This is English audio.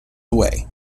away